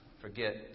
forget